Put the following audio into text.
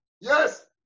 Yes